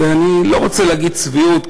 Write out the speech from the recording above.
אני לא רוצה להגיד עליהם צביעות,